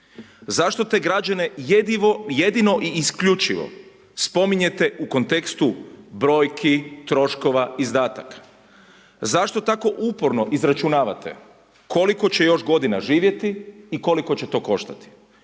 zašto te građane jedino i isključivo spominjete u kontekstu brojki, troškova izdataka? Zašto tako uporno izračunavate koliko će još godina živjeti i koliko će to koštati?